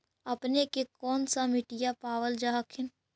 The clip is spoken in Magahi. अपने के कौन सा मिट्टीया पाबल जा हखिन?